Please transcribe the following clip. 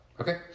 Okay